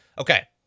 Okay